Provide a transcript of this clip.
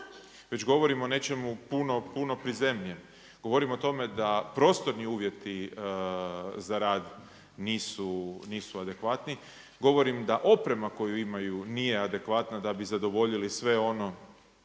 već govorim o nečemu puno puno prizemnijem. Govorim o tome da prostorni uvjeti za rad nisu adekvatni, govorim da oprema koju imaju, nije adekvatna da bi zadovoljili sve ono